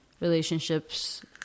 relationships